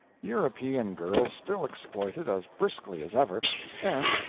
european girls still exploit it as briskly as ever and,